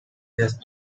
just